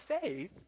faith